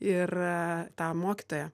ir tą mokytoją